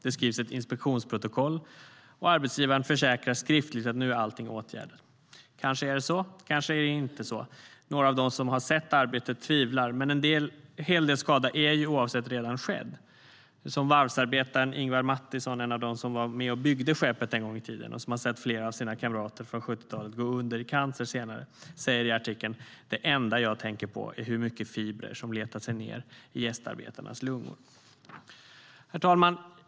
Det skrivs ett inspektionsprotokoll, och arbetsgivaren försäkrar skriftligt att allt nu är åtgärdat. Kanske är det så, kanske inte. Några av dem som har sett arbetet tvivlar. Men en hel del skada är ju redan skedd. Som varvsarbetaren Ingvar Mattisson, en av dem som var med och byggde skeppet en gång i tiden och som har sett flera av sina kamrater från 70-talet gå under i cancer senare, säger i artikeln: "Det enda jag . tänker på är hur mycket fibrer som letat sig ner i gästarbetarnas lungor." Herr talman!